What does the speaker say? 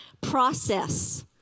process